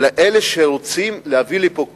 אלא אלה שרוצים להביא לפה כסף,